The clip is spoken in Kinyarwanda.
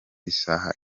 isaha